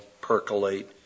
percolate